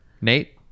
nate